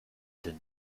denn